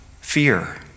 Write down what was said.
fear